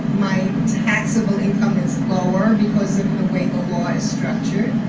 my taxable income is lower because of the way the law is structured.